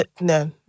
no